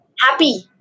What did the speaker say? happy